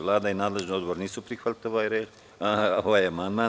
Vlada i nadležni odbor nisu prihvatili ovaj amandman.